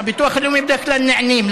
בביטוח הלאומי בדרך כלל נענים,